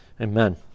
amen